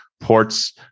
ports